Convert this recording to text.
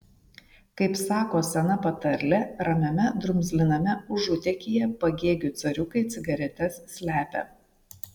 kaip sako sena patarlė ramiame drumzliname užutėkyje pagėgių cariukai cigaretes slepia